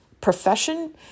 profession